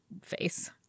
face